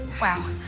Wow